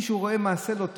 מי שרואה מעשה לא טוב,